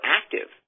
active